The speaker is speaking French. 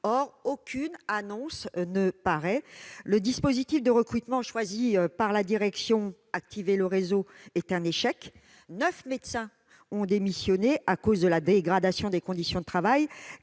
Or aucune annonce n'a été faite. Le dispositif de recrutement choisi par la direction- « activer le réseau » -est un échec : 9 médecins ont démissionné en raison de la dégradation des conditions de travail.